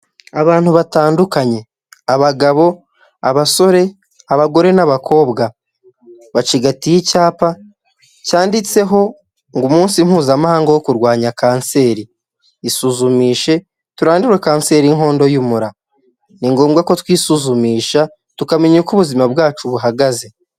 Abantu batandukanye abagabo abasore abagore n'abakobwa bacigatiye icyapa cyanditseho ngo umunsi mpuzamahanga wo kurwanya kanseri isuzumishe turandura kanseri y'inkondo y'umura ni ngombwa ko twisuzumisha tukamenya uko ubuzima bwacu buhagaze.